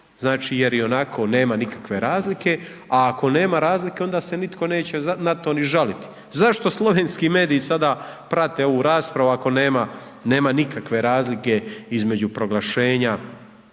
znači, jer ionako nema nikakve razlike, a ako nema razlike, onda se nitko neće na to ni žaliti. Zašto slovenski mediji sada prate ovu raspravu ako nema nikakve razlike između proglašenja,